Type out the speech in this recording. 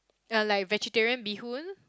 uh like vegetarian bee-hoon